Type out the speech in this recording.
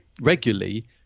regularly